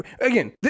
Again